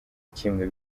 kimwe